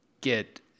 get